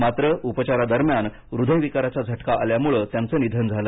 मात्र उपचारादरम्यान हृदयविकाराचा झटका आल्यामुळे त्यांचं निधन झालं